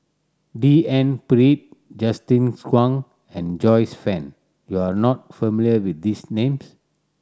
D N Pritt Justin Zhuang and Joyce Fan you are not familiar with these names